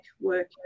work